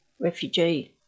Refugee